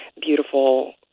beautiful